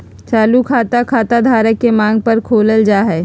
चालू खाता, खाता धारक के मांग पर खोलल जा हय